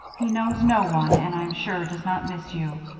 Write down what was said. he knows no one and i am sure does not miss you,